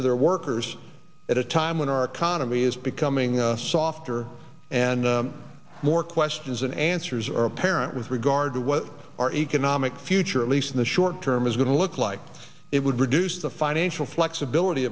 to their workers at a time when our economy is becoming a softer and more questions than answers are apparent with regard to what our economic future at least in the short term is going to look like it would reduce the financial flexibility